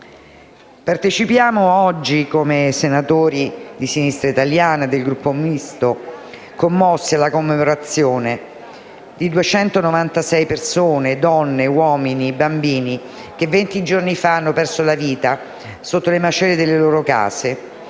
partecipiamo oggi commossi, come senatori di Sinistra italiana e del Gruppo Misto, alla commemorazione di 296 persone, donne, uomini e bambini, che venti giorni fa hanno perso la vita sotto le macerie delle loro case,